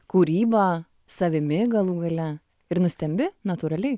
kūryba savimi galų gale ir nustembi natūraliai